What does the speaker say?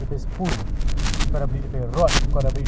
picture perfect I still remember aku punya memory quite good